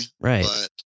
Right